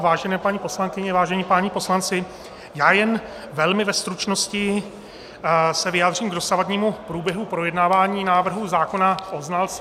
Vážené paní poslankyně, vážení páni poslanci, já jen velmi ve stručnosti se vyjádřím k dosavadnímu průběhu projednávání návrhu zákona o znalcích.